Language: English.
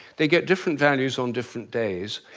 they get different values on different days,